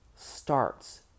starts